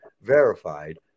verified